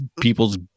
people's